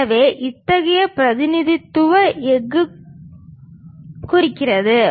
எனவே அத்தகைய பிரதிநிதித்துவம் எஃகு குறிக்கிறது